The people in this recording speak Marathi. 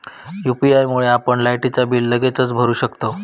यू.पी.आय मुळे आपण लायटीचा बिल लगेचच भरू शकतंव